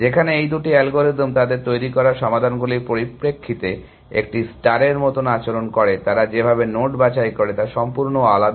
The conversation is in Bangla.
যেখানে এই দুটি অ্যালগরিদম তাদের তৈরি করা সমাধানগুলির পরিপ্রেক্ষিতে একটি স্টারের মতো আচরণ করে তারা যেভাবে নোড বাছাই করে তা সম্পূর্ণ আলাদা